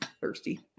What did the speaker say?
Thirsty